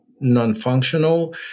non-functional